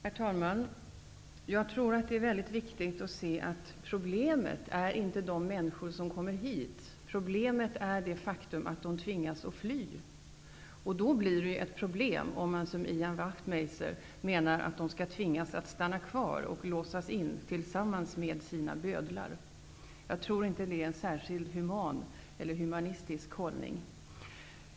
Herr talman! Jag tror att det är viktigt att se att problemet inte är de människor som kommer hit, utan det faktum att de tvingas att fly. Det blir ytterligare ett problem om man, som Ian Wachtmeister, menar att de skall tvingas att stanna kvar och låsas in tillsammans med sina bödlar. Det är inte en särskilt human hållning.